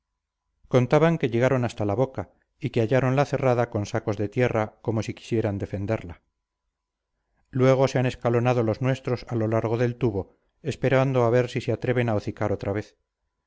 contaban que llegaron hasta la boca y que halláronla cerrada con sacos de tierra como si quisieran defenderla luego se han escalonado los nuestros a lo largo del tubo esperando a ver si se atreven a hocicar otra vez